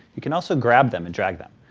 you can also grab them and drag them.